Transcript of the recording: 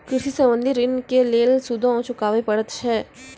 कृषि संबंधी ॠण के लेल सूदो चुकावे पड़त छै?